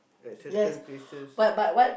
at certain places